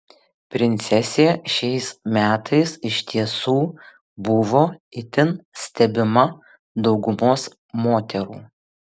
princesė šiais metais iš tiesų buvo itin stebima daugumos moterų